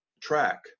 track